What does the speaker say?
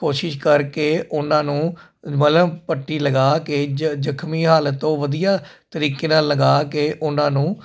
ਕੋਸ਼ਿਸ਼ ਕਰਕੇ ਉਹਨਾਂ ਨੂੰ ਮੱਲਮ ਪੱਟੀ ਲਗਾ ਕੇ ਜ ਜ਼ਖਮੀ ਹਾਲਤ ਉਹ ਵਧੀਆ ਤਰੀਕੇ ਨਾਲ ਲਗਾ ਕੇ ਉਹਨਾਂ ਨੂੰ